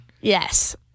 Yes